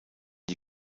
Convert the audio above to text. die